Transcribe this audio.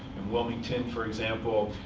and wilmington, for example,